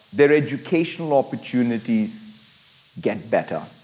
their educational opportunities get better.